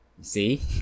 See